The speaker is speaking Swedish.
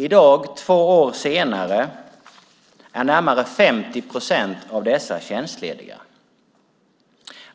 I dag, två år senare, är närmare 50 procent av dessa tjänstlediga.